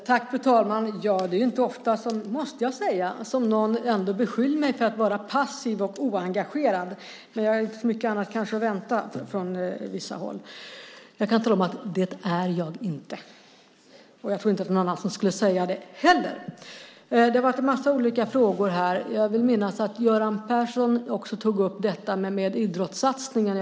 Fru talman! Det är inte ofta som någon beskyller mig för att vara passiv och oengagerad. Mycket annat är kanske inte att vänta från vissa håll. Jag kan tala om att det är jag inte. Jag tror inte att någon annan skulle säga det heller. Det har varit en massa frågor. Jag vill minnas att Göran Persson tog upp idrottssatsningen.